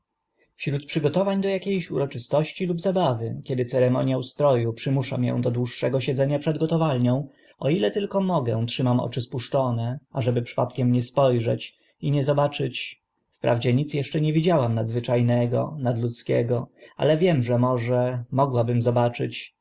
wśród przygotowań do akie uroczystości lub zabawy kiedy ceremoniał stro u przymusza mię do dłuższego siedzenia przed gotowalnią o ile tylko mogę trzymam oczy spuszczone ażeby przypadkiem nie spo rzeć i nie zobaczyć wprawdzie nic eszcze nie widziałam nadzwycza nego nadludzkiego ale wiem że może mogłabym zobaczyć